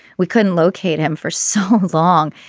we couldn't locate him for so long.